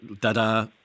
da-da